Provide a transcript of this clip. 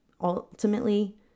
ultimately